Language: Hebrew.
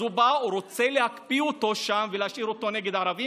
אז הוא רוצה להקפיא אותו שם ולהשאיר אותו נגד ערבים.